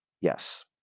Yes